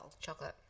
Chocolate